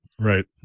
Right